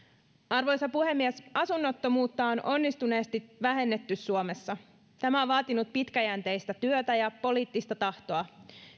arvoisa puhemies asunnottomuutta on onnistuneesti vähennetty suomessa tämä on vaatinut pitkäjänteistä työtä ja poliittista tahtoa